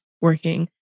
working